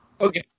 Okay